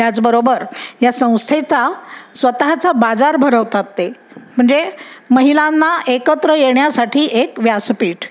त्याचबरोबर या संस्थेचा स्वतःचा बाजार भरवतात ते म्हणजे महिलांना एकत्र येण्यासाठी एक व्यासपीठ